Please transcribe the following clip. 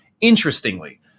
Interestingly